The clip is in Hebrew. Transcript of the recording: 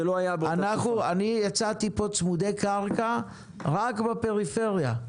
אני הצעתי פה צמודי קרקע רק בפריפריה,